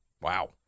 Wow